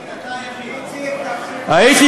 אתה, הייתי מופתע.